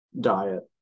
diet